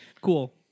cool